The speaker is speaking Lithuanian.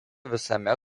visame